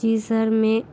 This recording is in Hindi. जी सर मैं